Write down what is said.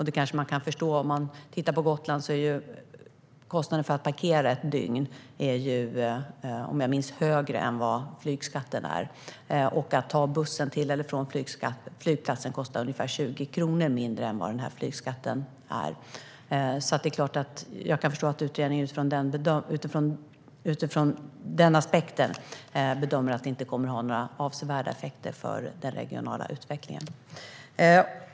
Det kanske man kan förstå - på Gotland är kostnaden för att parkera ett dygn större än flygskatten, om jag minns rätt. Att ta bussen till eller från flygplatsen kostar ungefär 20 kronor mindre än flygskatten. Jag kan därför förstå att utredningen utifrån den aspekten bedömer att det inte kommer att ha några avsevärda effekter för den regionala utvecklingen.